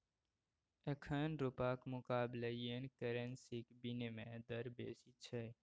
एखन रुपाक मुकाबले येन करेंसीक बिनिमय दर बेसी छै